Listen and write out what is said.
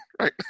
right